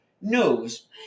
knows